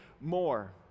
more